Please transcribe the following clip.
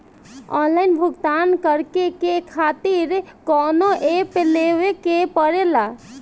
Online भुगतान करके के खातिर कौनो ऐप लेवेके पड़ेला?